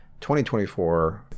2024